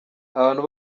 abantu